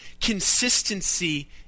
consistency